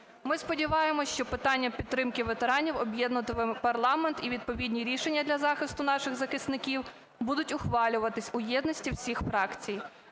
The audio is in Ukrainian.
Ми сподіваємось, що питання підтримки ветеранів об'єднуватиме парламент і відповідні рішення для захисту наших захисників будуть ухвалюватись у єдності всіх фракцій.